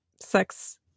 sex